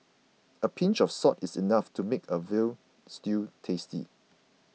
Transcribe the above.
a pinch of salt is enough to make a Veal Stew tasty